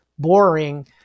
boring